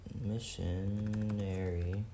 missionary